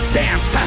dance